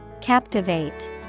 Captivate